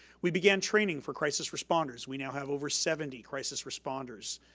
we began training for crisis responders. we now have over seventy crisis responders,